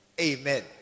Amen